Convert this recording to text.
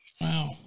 wow